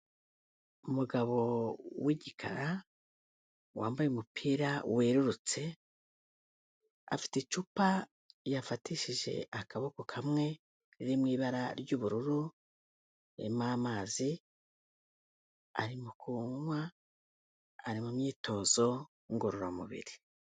Umugabo w'igikara wambaye umupira werurutse, afite icupa yafatishije akaboko kamwe, riri mu ibara ry'ubururu, ririmo amazi, arimo kunywa, ari mu myitozo ngororamubiri.